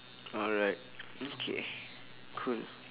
alright okay cool